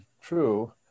true